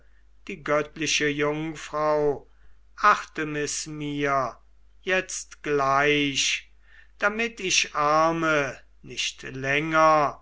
die göttliche jungfrau artemis mir jetzt gleich damit ich arme nicht länger